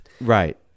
Right